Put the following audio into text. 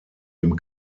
dem